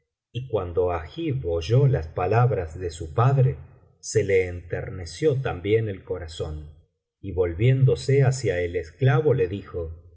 y cuando agib oyó las palabras de su padre se le enterneció también el corazón y volviéndose hacia el esclavo le dijo